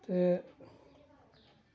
تہٕ